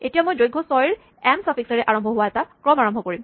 এতিয়া মই দৈৰ্ঘ ৬ ৰ এম চাফিক্সেৰে আৰম্ভ হোৱা এটা ক্ৰম আৰম্ভ কৰিব লাগিব